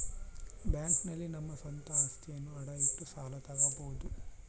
bank ನಲ್ಲಿ ನಮ್ಮ ಸ್ವಂತ ಅಸ್ತಿಯನ್ನ ಅಡ ಇಟ್ಟು ಸಾಲ ತಗೋಬೋದು